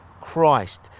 Christ